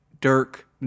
Dirk